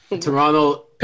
Toronto